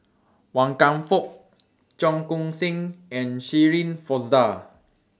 Wan Kam Fook Cheong Koon Seng and Shirin Fozdar